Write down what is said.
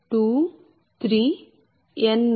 n